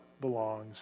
belongs